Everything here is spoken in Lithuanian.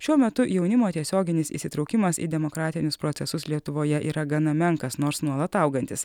šiuo metu jaunimo tiesioginis įsitraukimas į demokratinius procesus lietuvoje yra gana menkas nors nuolat augantis